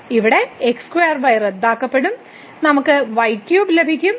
ഇവിടെ x2 y റദ്ദാക്കപ്പെടും നമുക്ക് y3 ലഭിക്കും